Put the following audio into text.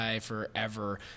forever